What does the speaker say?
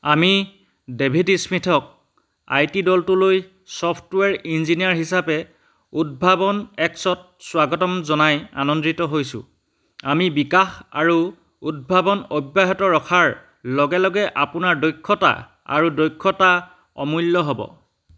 আমি ডেভিড স্মিথক I T দলটোলৈ ছফ্টৱেৰ ইঞ্জিনিয়াৰ হিচাপে উদ্ভাৱন এক্সত স্বাগতম জনাই আনন্দিত হৈছোঁ আমি বিকাশ আৰু উদ্ভাৱন অব্যাহত ৰখাৰ লগে লগে আপোনাৰ দক্ষতা আৰু দক্ষতা অমূল্য হ'ব